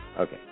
Okay